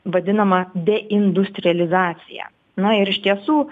vadinamą de industrializaciją na ir iš tiesų